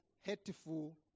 hateful